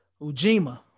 Ujima